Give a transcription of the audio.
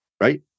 right